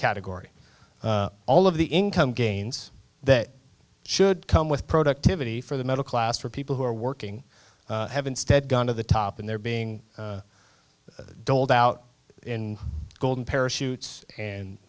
category all of the income gains that should come with productivity for the middle class for people who are working have instead gone to the top in their being doled out in golden parachutes and